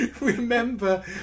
Remember